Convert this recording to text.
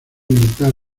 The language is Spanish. militar